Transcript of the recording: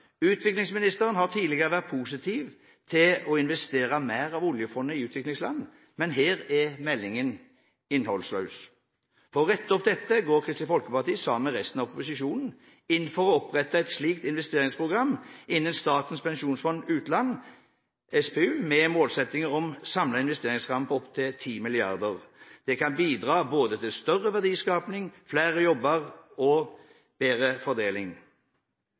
har utviklingsministeren tidligere vært positiv til å investere mer av oljefondet i utviklingsland, men her er meldingen innholdsløs. For å rette opp dette går Kristelig Folkeparti – sammen med resten av opposisjonen – inn for å opprette et slikt investeringsprogram innen Statens pensjonsfond utland, SPU, med en målsetting om en samlet investeringsramme på opptil 10 mrd. kr. Det kan bidra til større verdiskapning, flere jobber og bedre fordeling.